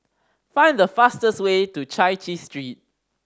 find the fastest way to Chai Chee Street